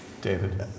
David